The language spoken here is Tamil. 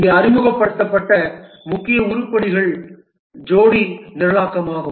இங்கே அறிமுகப்படுத்தப்பட்ட முக்கிய உருப்படிகள் ஜோடி நிரலாக்கமாகும்